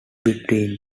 between